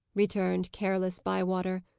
returned careless bywater.